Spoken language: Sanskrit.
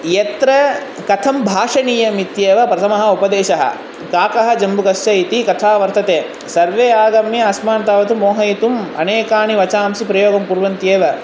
यत्र कथं भाषणीयम् इत्येव प्रथमः उपदेशः काकः जम्बुकस्य इति कथा वर्तते सर्वे आगम्य अस्मान् तावत् मोहयितुम् अनेकानि वचांसि प्रयोगं कुर्वन्त्येव